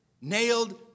nailed